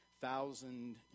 thousand